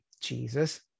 Jesus